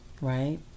right